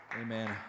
Amen